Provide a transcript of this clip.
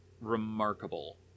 remarkable